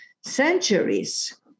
centuries